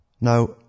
Now